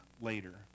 later